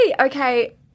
okay